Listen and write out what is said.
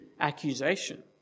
Accusation